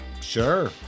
Sure